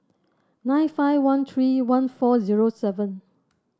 nine five one three one four zero seven